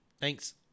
Thanks